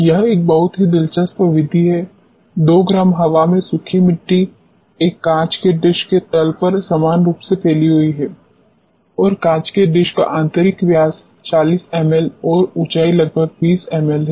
यह एक बहुत ही दिलचस्प विधि है 2 ग्राम हवा में सूखी मिट्टी एक कांच के डिश के तल पर समान रूप से फैली हुई है और कांच के डिश का आंतरिक व्यास 40 एमएल और ऊंचाई लगभग 20 एमएल है